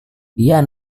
dia